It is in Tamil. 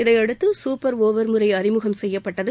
இதையடுத்து சூப்பர் ஒவர் முறை அறிமுகம் செய்யப்பட்டது